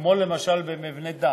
כמו למשל במבני דת.